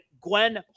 Gwen